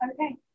Okay